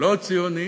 לא ציוני,